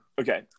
Okay